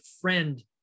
friend